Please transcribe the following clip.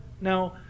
Now